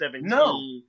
No